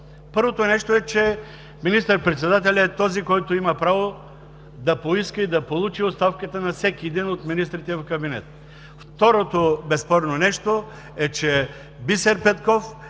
Първото нещо, е, че министър-председателят е този, който има право да поиска и да получи оставката на всеки един от министрите в кабинета. Второ безспорно нещо, е, че Бисер Петков